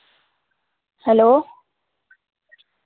hello